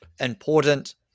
important